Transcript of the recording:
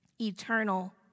eternal